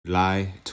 July